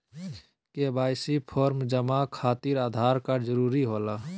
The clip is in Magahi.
के.वाई.सी फॉर्म जमा खातिर आधार कार्ड जरूरी होला?